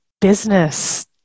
business